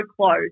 close